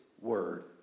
word